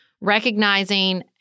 recognizing